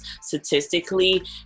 statistically